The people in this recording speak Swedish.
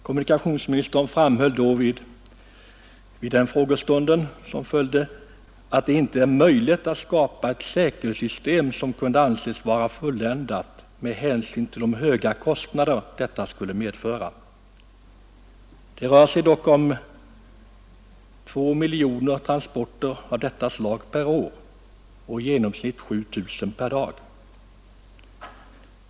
Kommunikationsministern framhöll vid den frågestunden att det inte är möjligt att skapa ett säkerhetssystem som kunde anses vara fulländat, detta på grund av de höga kostnader det skulle medföra. Det rör sig dock om 2 miljoner transporter av detta slag per år och i genomsnitt 7 000 per dag.